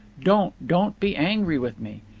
don't, don't be angry with me.